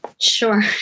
Sure